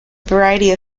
variety